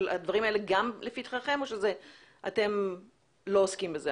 הדברים האלה גם לפתחכם או אתם לא עוסקים בזה?